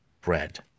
bread